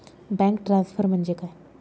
Bank transfer म्हणजे काय?